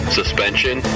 suspension